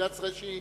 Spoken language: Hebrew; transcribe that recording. מדינת ישראל שהיא